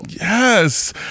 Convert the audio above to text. Yes